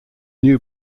new